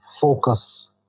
focus